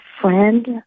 friend